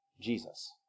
Jesus